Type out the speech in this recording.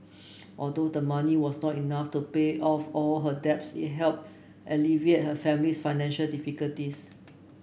although the money was not enough to pay off all her debts it helped alleviate her family's financial difficulties